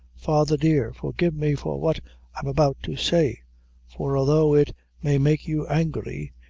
father, dear, forgive me for what i'm about to say for, although it may make you angry,